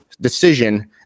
decision